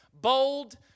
bold